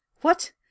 What